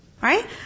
Right